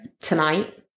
tonight